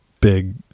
big